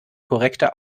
korrekte